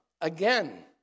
again